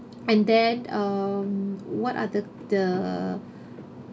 and then um what are the the